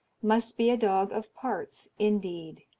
must be a dog of parts indeed.